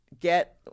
Get